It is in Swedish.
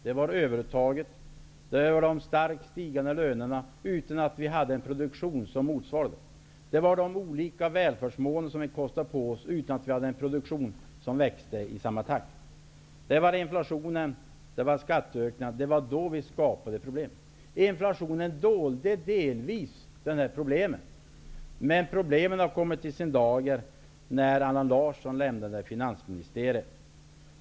Det var övertaget. Det var de starkt stigande lönerna -- samtidigt som vi inte hade en motsvarande produktion. Det var de olika välfärdsmål som vi kostade på oss utan att ha en produktion som växte i samma takt. Det var inflationen. Det var skatteökningarna. Det var då problemen skapades. Inflationen dolde delvis problemen. Men de kom i dagen när Allan Larsson lämnade finansministeriet.